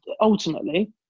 ultimately